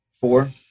four